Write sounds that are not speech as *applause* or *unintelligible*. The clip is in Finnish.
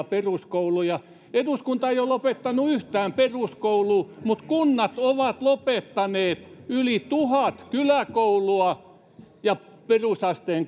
*unintelligible* peruskouluja eduskunta ei ole lopettanut yhtään peruskoulua mutta kunnat ovat lopettaneet yli tuhat kyläkoulua ja perusasteen *unintelligible*